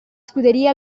scuderie